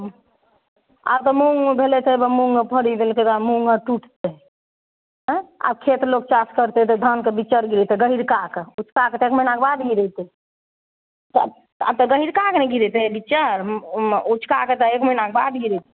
आओर तऽ मूँग भेलै तऽ मूँग फड़ी देलकै मूँग टुटतै अँए आब खेत लोक चास करतै तऽ धानके बिच्चा आओर गिरेतै गहिँरकाके उँचकाके एक महिनाके बाद गिरेतै आब तऽ गहिँरकाके नहि गिरेतै बिच्चा उँचकाके तऽ एक महिनाके बाद गिरेतै